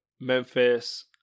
Memphis